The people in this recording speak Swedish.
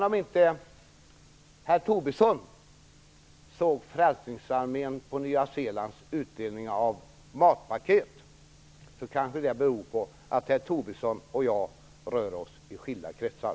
Om inte herr Tobisson i Nya Zeeland såg Frälsningsarméns utdelning av matpaket kanske det beror på att herr Tobisson och jag rör oss i skilda kretsar.